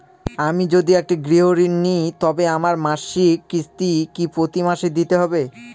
আমি যদি একটি গৃহঋণ নিই তবে আমার মাসিক কিস্তি কি প্রতি মাসে দিতে হবে?